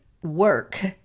Work